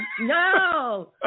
No